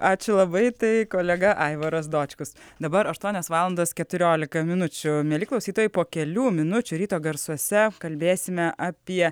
ačiū labai tai kolega aivaras dočkus dabar aštuonios valandos keturiolika minučių mieli klausytojai po kelių minučių ryto garsuose kalbėsime apie